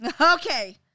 Okay